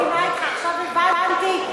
עכשיו הבנתי.